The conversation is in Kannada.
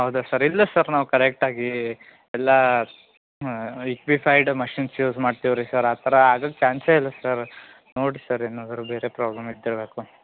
ಹೌದಾ ಸರ್ ಇಲ್ಲ ಸರ್ ನಾವು ಕರೆಕ್ಟಾಗಿ ಎಲ್ಲ ಇಕ್ವಿಫೈಡ್ ಮಷಿನ್ಸ್ ಯೂಸ್ ಮಾಡ್ತೀವ್ರಿ ಸರ್ ಆ ಥರ ಆಗಕ್ಕೆ ಚಾನ್ಸೇ ಇಲ್ಲ ಸರ್ ನೋಡಿರಿ ಸರ್ ಏನಾದರು ಬೇರೆ ಪ್ರಾಬ್ಲಮ್ ಇದ್ದಿರಬೇಕು